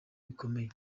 bikomeye